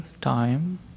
time